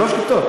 שלוש כיתות.